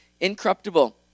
incorruptible